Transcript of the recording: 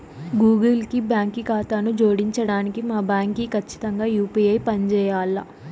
Google కి బాంకీ కాతాను జోడించడానికి మా బాంకీ కచ్చితంగా యూ.పీ.ఐ పంజేయాల్ల